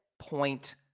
point